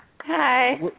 Hi